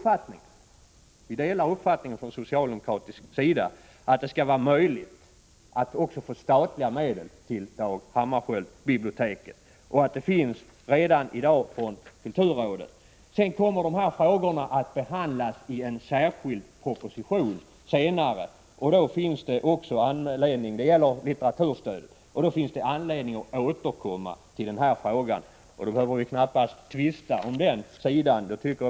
Från socialdemokratisk sida ansluter vi oss till uppfattningen att det skall vara möjligt för Dag Hammarskjöldbiblioteket att få statliga medel, och sådana utgår också från kulturrådet. Den här frågan kommer senare att behandlas i en särskild proposition, om litteraturstödet, och vi får då anledning att återkomma till den. Därför behöver vi knappast tvista på den punkten.